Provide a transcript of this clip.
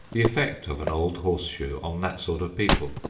the effect of an old horseshoe on that sort of people.